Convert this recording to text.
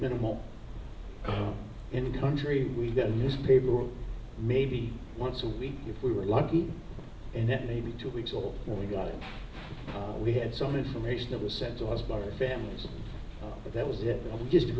minimal in country we got a newspaper or maybe once a week if we were lucky and then maybe two weeks or when we got in we had some information that was sent to us by our families but that was it just